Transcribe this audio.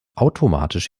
automatisch